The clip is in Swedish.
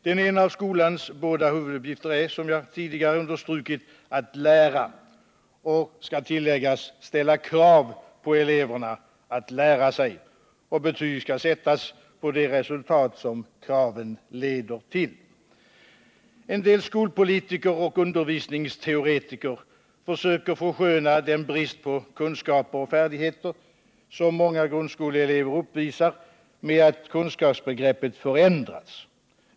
Den ena av skolans båda huvuduppgifter är, som jag tidigare understrukit, att lära och, vilket skall tilläggas, ställa krav på eleverna att lära sig. Betyg skall sättas på de resultat som kraven leder till. En del skolpolitiker och undervisningsteoretiker försöker försköna den brist på kunskaper och färdigheter som många grundskoleelever uppvisat med att säga att kunskapsbegreppet förändrats.